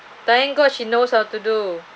thank god she knows how to do